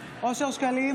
אושר שקלים,